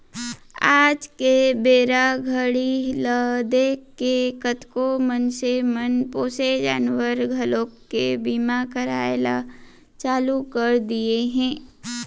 आज के बेरा घड़ी ल देखके कतको मनसे मन पोसे जानवर घलोक के बीमा कराय ल चालू कर दिये हें